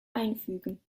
einfügen